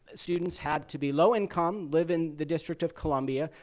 students had to be low income, live in the district of columbia.